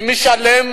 מי משלם